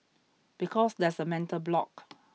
because there's a mental block